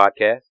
podcast